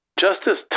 Justice